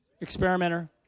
Experimenter